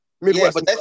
Midwest